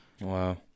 Wow